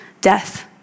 death